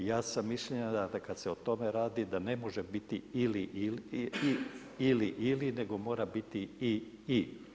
Ja sam mišljenja da kad se o tome radi, da ne može biti ili-ili nego mora biti i-i.